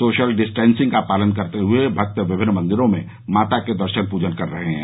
social distancing का पालन करते हुए भक्त विमिन्न मंदिरों में माता के दर्शन पूजन कर रहे हैं